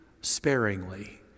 sparingly